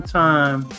time